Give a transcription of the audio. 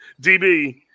DB